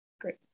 Great